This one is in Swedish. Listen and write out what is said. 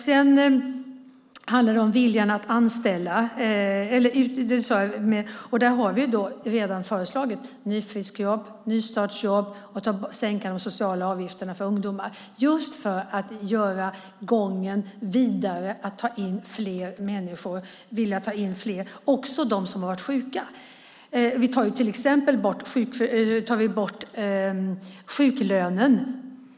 Det handlar om viljan att anställa. Vi har redan föreslagit nyfriskjobb, nystartsjobb och en sänkning av de sociala avgifterna för ungdomar just för att göra gången vidare och ta in fler människor - också de som har varit sjuka. Vi tar till exempel bort sjuklönen.